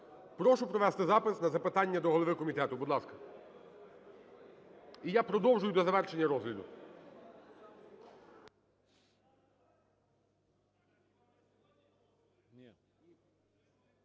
Прошу провести запис на запитання до голови комітету, будь ласка. І я продовжую до завершення розгляду.